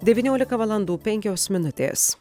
devyniolika valandų penkios minutės